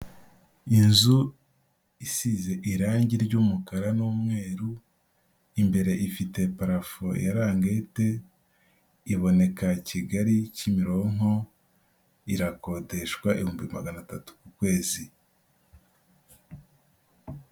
Inzu isize irangi ry'umukara n'umweru, imbere ifite parafo ya langete, iboneka Kigali Kimironko, irakodeshwa ibihumbi magana atatu ku kwezi.